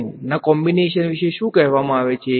Sine અને cos ના combination વિશે શું કહેવામાં આવે છે